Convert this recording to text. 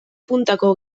puntako